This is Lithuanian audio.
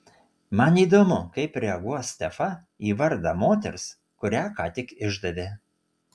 man įdomu kaip reaguos stefa į vardą moters kurią ką tik išdavė